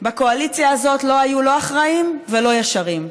בקואליציה הזאת לא היו לא אחראים ולא ישרים.